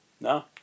No